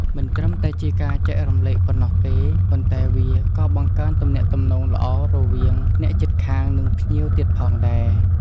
មិនត្រឹមតែជាការចែករំលែកប៉ុណ្ណោះទេ ប៉ុន្តែវាក៏បង្កើនទំនាក់ទំនងល្អរវៀងអ្នកជិតខាងនិងភ្ញៀវទៀតផងដែរ។